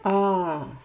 啊